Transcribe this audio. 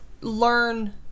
learn